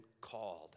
called